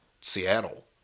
Seattle